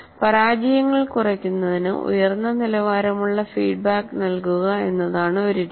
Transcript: പരാജയങ്ങൾ കുറയ്ക്കുന്നതിന് ഉയർന്ന നിലവാരമുള്ള ഫീഡ്ബാക്ക് നൽകുക എന്നതാണ് ഒരു രീതി